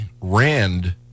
RAND